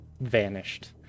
vanished